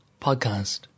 podcast